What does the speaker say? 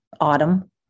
autumn